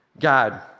God